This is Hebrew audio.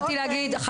זה בסדר.